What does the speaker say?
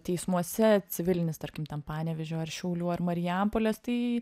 teismuose civilinis tarkim ten panevėžio ar šiaulių ar marijampolės tai